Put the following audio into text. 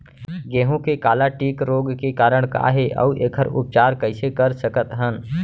गेहूँ के काला टिक रोग के कारण का हे अऊ एखर उपचार कइसे कर सकत हन?